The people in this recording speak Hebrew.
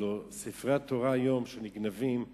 הלוא ספרי התורה שנגנבים היום,